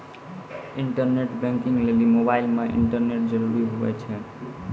internet banking लेली mobile मे internet जरूरी हुवै छै